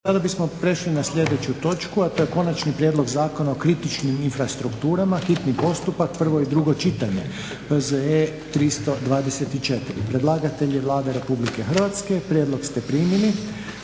Sada bismo prešli na sljedeću točku: - Konačni prijedlog Zakona o kritičnim infrastrukturama, hitni postupak, prvo i drugo čitanje, P.Z.E. br. 324; Predlagatelj je Vlada Republike Hrvatske. Prijedlog ste primili.